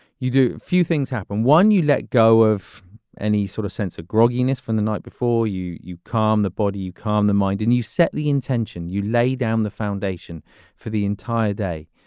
you do few things happened, one, you let go of any sort of sense of grogginess from the night before, you you calm the body, you calm the mind and you set the intention. you lay down the foundation for the entire day.